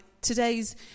Today's